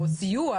לא.